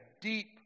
deep